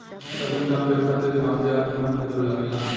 अइसन काम करे खातिर दिमागी आ निमन मजदूर लागे ला